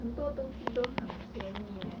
then it's like !wah!